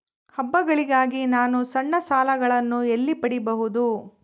ಹಬ್ಬಗಳಿಗಾಗಿ ನಾನು ಸಣ್ಣ ಸಾಲಗಳನ್ನು ಎಲ್ಲಿ ಪಡಿಬಹುದು?